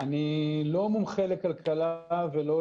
אני לא מומחה לכלכלה ולא